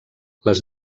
les